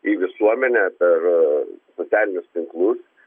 į visuomenę per socialinius tinklus